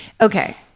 Okay